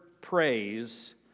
praise